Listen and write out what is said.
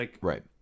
Right